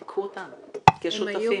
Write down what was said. קחו אותם כשותפים.